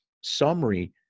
summary